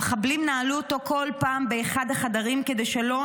המחבלים נעלו אותו בכל פעם באחד החדרים כדי שלא